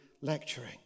lecturing